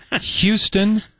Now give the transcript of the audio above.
Houston